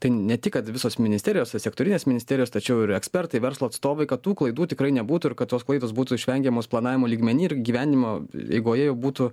tai ne tik kad visos ministerijos sektorinės ministerijos tačiau ir ekspertai verslo atstovai kad tų klaidų tikrai nebūtų ir kad tos klaidos būtų išvengiamos planavimo lygmeny ir įgyvendinimo eigoje jau būtų